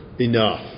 enough